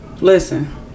listen